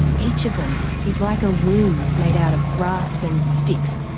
each of them is like a womb made out of grass and sticks,